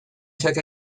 took